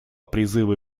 призывы